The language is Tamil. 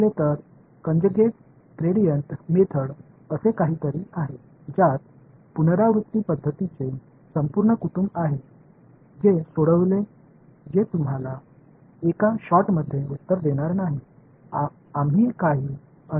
எனவே கான்ஜுகேட் க்ராடிஎன்ட் முறை என்று ஒன்று உள்ளது இந்தச் சொற்களைக் கேட்டால் முழு குடும்பமும் செயல்பாட்டு முறைகள் உள்ளன அவை தீர்க்கும் இது ஒரு ஷாட்டில் உங்களுக்கு பதில் அளிக்காது